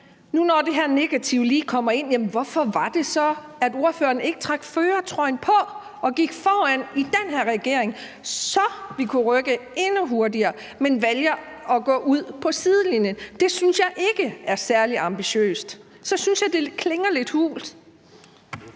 Nu, når det her negative lige kommer ind, hvorfor var det så, at ordføreren ikke trak førertrøjen på og gik foran i den her regering, så vi kunne rykke endnu hurtigere, men valgte at gå ud på sidelinjen? Det synes jeg ikke er særlig ambitiøst. Så synes jeg, at det klinger lidt hult.